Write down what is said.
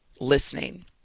listening